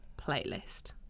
playlist